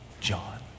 John